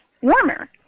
warmer